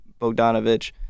Bogdanovich